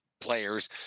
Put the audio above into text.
players